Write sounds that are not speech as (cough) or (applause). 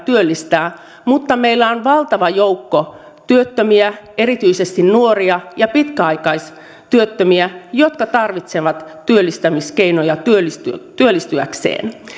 (unintelligible) työllistää mutta meillä on valtava joukko työttömiä erityisesti nuoria ja pitkäaikaistyöttömiä jotka tarvitsevat työllistämiskeinoja työllistyäkseen työllistyäkseen